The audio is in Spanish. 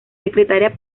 secretaria